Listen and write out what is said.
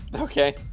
Okay